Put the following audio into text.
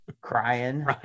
crying